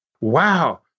wow